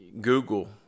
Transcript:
Google